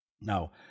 Now